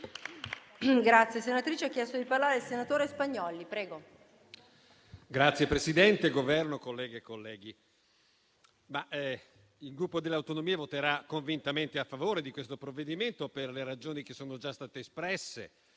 il Gruppo per le Autonomie voterà convintamente a favore di questo provvedimento per le ragioni che sono già state espresse.